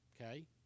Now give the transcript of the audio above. Okay